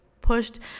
pushed